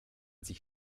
sich